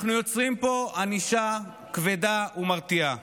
אנחנו יוצרים פה ענישה כבדה ומרתיעה,